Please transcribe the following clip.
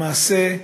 למעשה,